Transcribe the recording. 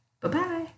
Bye-bye